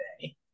today